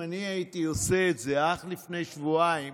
אם אני הייתי עושה את זה אך לפני שבועיים